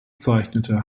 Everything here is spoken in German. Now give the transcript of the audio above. zeichnete